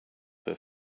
her